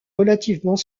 relativement